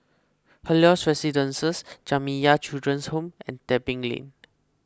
Helios Residences Jamiyah Children's Home and Tebing Lane